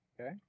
Okay